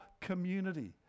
community